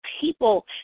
people